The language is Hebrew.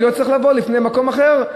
ולא תצטרך לבוא לפני מקום אחר,